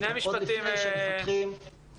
עוד לפני שמפתחים -- שני משפטים